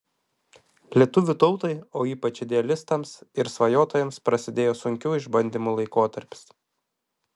lietuvių tautai o ypač idealistams ir svajotojams prasidėjo sunkių išbandymų laikotarpis